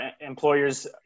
employers